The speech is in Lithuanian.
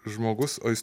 žmogus o jis